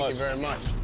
like very much.